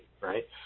right